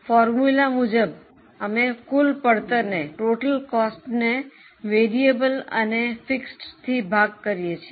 સૂત્ર મુજબ અમે કૂલ પડતરને ચલિત અને સ્થિરમાં ભાગ કરીયે છીએ